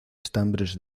estambres